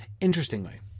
Interestingly